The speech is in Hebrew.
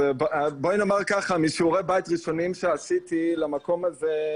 בואי נאמר כך שמשעורי בית ראשונים שעשיתי למקום הזה,